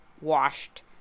washed